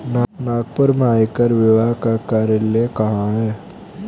नागपुर में आयकर विभाग का कार्यालय कहाँ है?